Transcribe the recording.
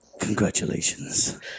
Congratulations